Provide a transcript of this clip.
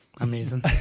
amazing